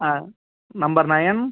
number nine